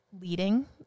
leading